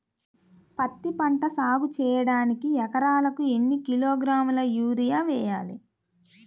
పత్తిపంట సాగు చేయడానికి ఎకరాలకు ఎన్ని కిలోగ్రాముల యూరియా వేయాలి?